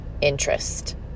interest